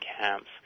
camps